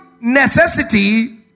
necessity